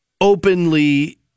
openly